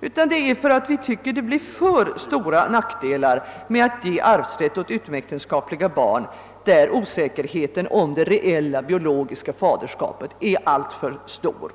utan för att vi tycker att det blir alltför stora nackdelar med att ge arvsrätt åt utomäktenskapliga barn, där osäkerheten om det reella, biologiska faderskapet är alltför stor.